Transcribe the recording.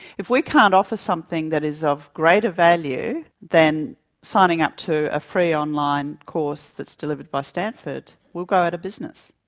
if we can't offer something that is of greater value than signing up to a free online course that's delivered by a stanford, we'll go out of business.